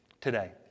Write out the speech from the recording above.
today